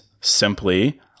simply